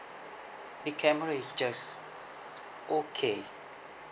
the camera is just okay